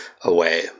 away